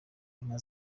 inka